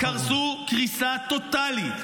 -- קרסו קריסה טוטלית.